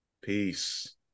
Peace